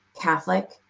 Catholic